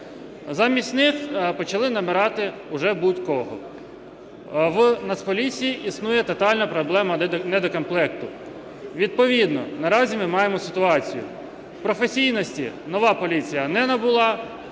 Замість них почали набирати вже будь-кого. В Нацполіції існує тотальна проблема недокомплекту. Відповідно наразі ми маємо ситуацію: професійності нова поліція не набула,